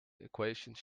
equations